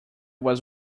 was